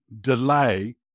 delay